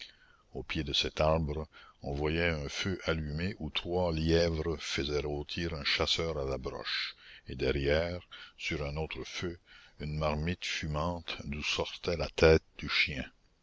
au pied de cet arbre on voyait un feu allumé où trois lièvres faisaient rôtir un chasseur à la broche et derrière sur un autre feu une marmite fumante d'où sortait la tête du chien